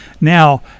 Now